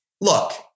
look